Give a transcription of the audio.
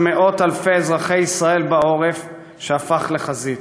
מאות-אלפי אזרחי ישראל בעורף שהפך לחזית,